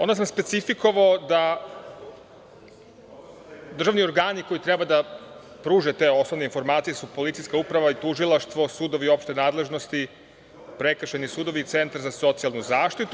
Onda sam specifikovao da državni organi koji treba da pruže te osnovne informacije su policijska uprava i tužilaštvo, sudovi opšte nadležnosti, prekršajni sudovi, centri za socijalnu zaštitu.